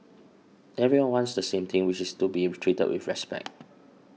everyone wants the same thing which is to be treated with respect